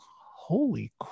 Holy